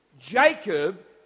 Jacob